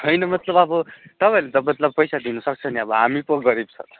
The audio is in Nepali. होइन मतलब अब तपाईँहरूले त मतलब पैसा दिन सक्छ नि अब हामी पो गरिब छ त